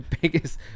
biggest